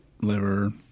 liver